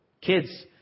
kids